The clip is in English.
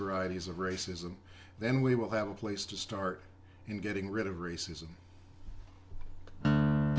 varieties of racism then we will have a place to start in getting rid of racism